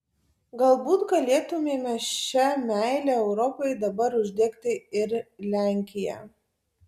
galbūt galėtumėme šia meile europai dabar uždegti ir lenkiją